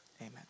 Amen